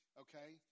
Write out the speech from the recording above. okay